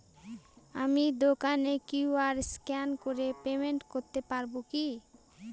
আমি দোকানে QR scan করে পেমেন্ট করতে পারবো কি?